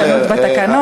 תמצאו את הפרשנות בתקנון.